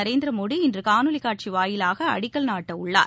நரேந்திர மோடி இன்று காணொலிக் காட்சி வாயிலாக அடிக்கல் நாட்டவுள்ளார்